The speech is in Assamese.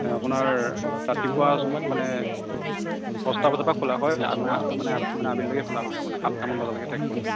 মানে আপোনাৰ ৰাতিপুৱা মানে দছটা বজাৰ পৰা খোলা হয় মানে আবেলিলৈকে খোলা হয় মানে সাতটা মান বজালৈকে